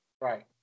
Right